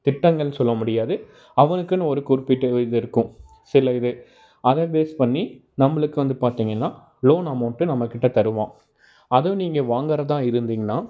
திட்டங்கள்னு சொல்ல முடியாது அவருக்குன்னு ஒரு குறிப்பிட்ட இது இருக்கும் சில இது அதை பேஸ் பண்ணி நம்ளுக்கு வந்து பார்த்தீங்கன்னா லோன் அமௌண்ட்டை நம்ம கிட்ட தருவான் அதை நீங்கள் வாங்குறதாக இருந்தீங்கன்னா